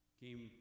came